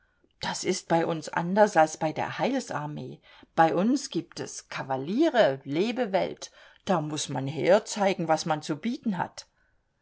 das ist bei uns anders als bei der heilsarmee bei uns gibt es kavaliere lebewelt da muß man herzeigen was man zu bieten hat